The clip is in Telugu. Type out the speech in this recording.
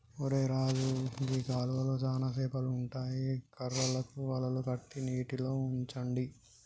ఒరై రాజు గీ కాలువలో చానా సేపలు ఉంటాయి కర్రలకు వలలు కట్టి నీటిలో ఉంచండి